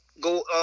go